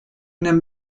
them